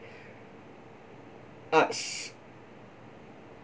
arts